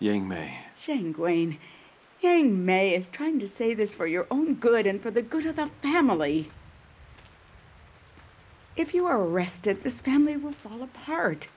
going in may is trying to say this for your own good and for the good of the family if you are arrested this family will fall apart